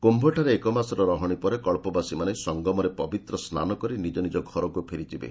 କୁମ୍ଭଠାରେ ଏକମାସର ରହଣି ପରେ କଚ୍ଚବାସୀମାନେ ସଂଗମରେ ପବିତ୍ର ସ୍ନାନ କରି ନିଜ ନିଜର ଘରକୁ ଫେରିଯିବେ